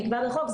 נקבע בחוק,